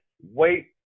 wait